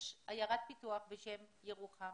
יש עיירת פיתוח בשם ירוחם,